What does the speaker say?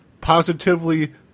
positively